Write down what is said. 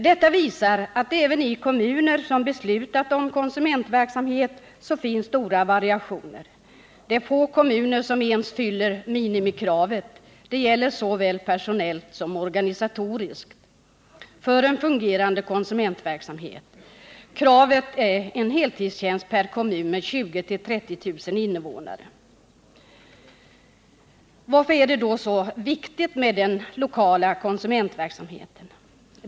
Detta visar att det finns stora variationer även i kommuner som har beslutat om konsumentverksamhet. Det är få kommuner som ens fyller minimikravet, det gäller såväl personellt som organisatoriskt, för en fungerande konsumentverksamhet. Kravet är en heltidstjänst per kommun med 20 000-30 000 invånare. Varför är det då så viktigt med den lokala konsumentverksamheten?